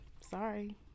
Sorry